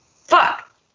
Fuck